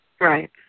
Right